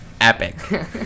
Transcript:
Epic